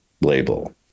label